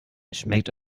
schmeckt